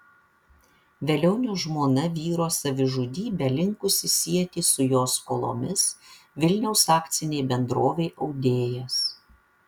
velionio žmona vyro savižudybę linkusi sieti su jo skolomis vilniaus akcinei bendrovei audėjas